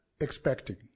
expecting